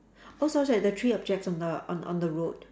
oh sorry sorry the three objects on the on on the road